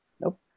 Nope